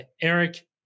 Eric